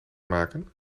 maken